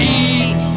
eat